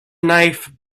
knife